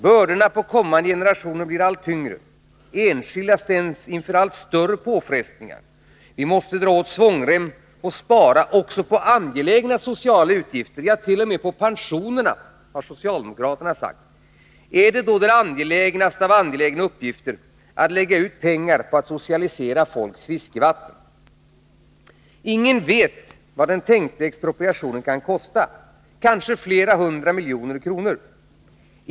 Bördorna på kommande generationer blir allt tyngre. Enskilda ställs inför allt större påfrestningar. Vi måste dra åt svångremmen och spara också på angelägna sociala utgifter — ja, t.o.m. på pensionerna, har socialdemokraterna sagt. Är det då den angelägnaste av angelägna uppgifter att lägga ut pengar på att socialisera folks fiskevatten? Ingen vet vad den tänkta expropriationen kan kosta — kanske flera hundra miljoner.